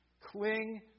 Cling